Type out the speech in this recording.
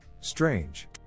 Strange